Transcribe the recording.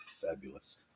fabulous